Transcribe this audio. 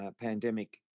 pandemic